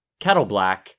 Kettleblack